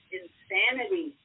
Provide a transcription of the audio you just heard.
insanity